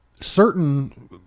certain